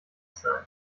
sein